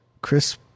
Chris